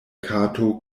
kato